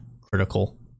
critical